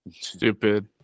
Stupid